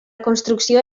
construcció